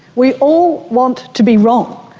we all want to be wrong.